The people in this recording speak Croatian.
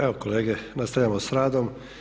Evo kolege nastavljamo sa radom.